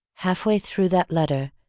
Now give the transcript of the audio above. half way through that letter,